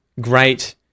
great